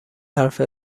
حرف